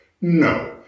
No